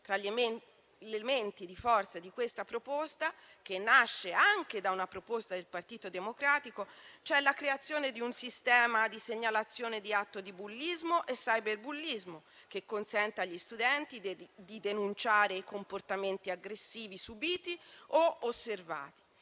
Tra gli elementi di forza del disegno di legge in esame, che nasce anche da una proposta del Partito Democratico, c'è la creazione di un sistema di segnalazione di atti di bullismo e cyberbullismo, che consenta agli studenti di denunciare i comportamenti aggressivi, subiti o osservati.